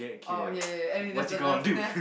oh okay okay okay anyway that's the dadnce yeah